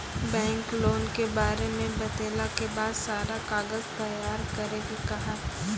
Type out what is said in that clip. Bank loan के बारे मे बतेला के बाद सारा कागज तैयार करे के कहब?